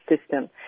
system